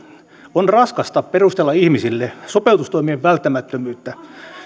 on raskasta perustella ihmisille sopeutustoimien välttämättömyyttä